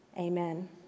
Amen